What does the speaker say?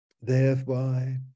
Thereby